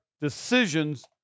decisions